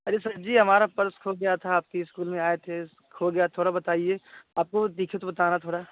अरे सर जी हमारा पर्स खो गया था आपके इस्कूल में आए थे खो गया थोड़ा बताइए आपको दिखे तो बताना थोड़ा